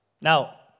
Now